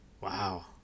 Wow